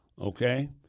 okay